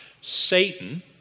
Satan